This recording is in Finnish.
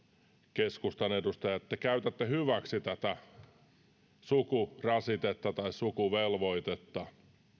keskustan edustajat käytätte hyväksi tätä sukurasitetta tai sukuvelvoitetta